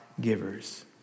givers